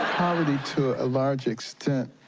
poverty, to a large extent,